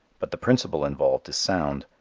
but the principle involved is sound.